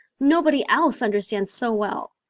nobody else understands so well.